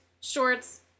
shorts